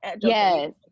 Yes